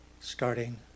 starting